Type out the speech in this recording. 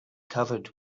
covered